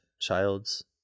child's